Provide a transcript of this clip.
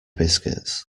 biscuits